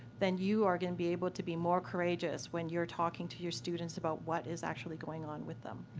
then you are going to be able to be more courageous when you're talking to your students about what is actually going on with them.